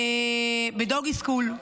ב-Dog School.